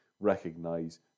recognize